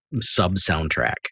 sub-soundtrack